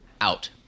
out